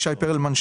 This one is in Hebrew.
ישי פרלמן,